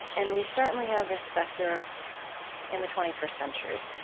and we certainly have this specter in the twenty first century,